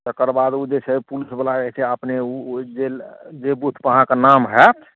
तकर बाद ओ जे छै पुलिसवला जे छै अपने ओ बुझि गेल जे बूथपर अहाँके नाम हैत